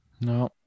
no